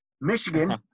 Michigan